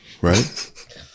right